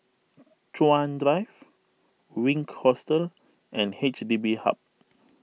Chuan Drive Wink Hostel and H D B Hub